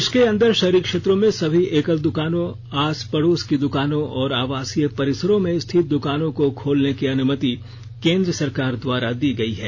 देष के अंदर शहरी क्षेत्रों में सभी एकल दुकानों आस पड़ोस की दुकानों और आवासीय परिसरों में स्थित दुकानों को खोलने की अनुमति केन्द्र सरकार द्वारा दी गई है